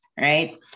right